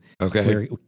Okay